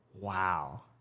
Wow